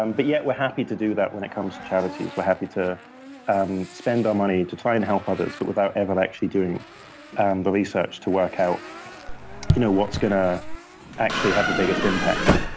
um but yet, we're happy to do that when it comes to charities. we're happy to um spend our money to try and help others, but without ever actually doing and the research to work out you know what is going to actually have the biggest impact.